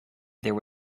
there